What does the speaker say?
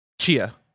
Chia